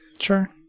Sure